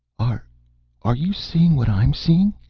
are are you seeing what i am seeing?